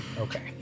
Okay